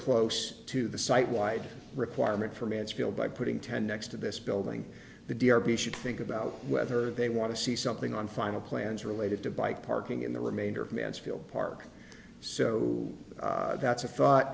close to the site wide requirement for mansfield by putting ten next to this building the d r p should think about whether they want to see something on final plans related to bike parking in the remainder of mansfield park so that's a thought